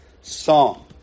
song